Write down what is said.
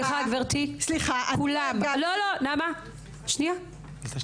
אנחנו נשמע אותה גם אם לא מסכימים אתה,